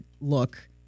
look